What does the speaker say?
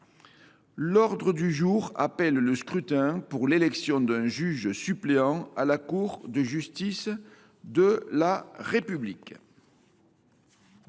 L’ordre du jour appelle le scrutin pour l’élection d’un juge suppléant à la Cour de justice de la République.